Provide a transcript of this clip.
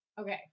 Okay